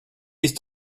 ist